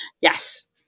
Yes